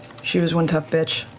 she was one tough bitch,